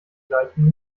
gleichung